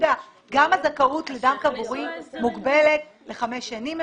גם הזכאות לדם טבורי מוגבלת לחמש שנים הם